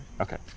Okay